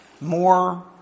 more